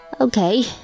okay